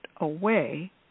away